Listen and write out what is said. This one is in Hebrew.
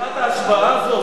את ממשיכה את ההשוואה הזאת?